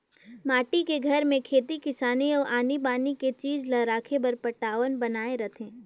माटी के घर में खेती किसानी अउ आनी बानी के चीज ला राखे बर पटान्व बनाए रथें